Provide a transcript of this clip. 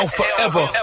forever